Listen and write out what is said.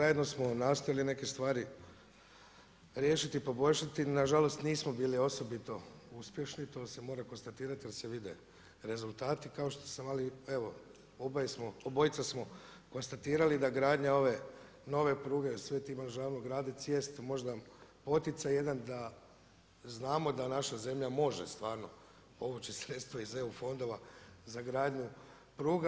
Zajedno smo nastojali neke stvari riješiti i poboljšati, nažalost nismo bili osobito uspješni, to se mora konstatirati jer se vide rezultati, ali evo obojica smo konstatirali da gradnja ove nove pruge Sveti Ivan Žabno-Gradec jest možda poticaj jedan da znamo da naša zemlja može stvarno povući sredstva iz eu fondova za gradnju pruga.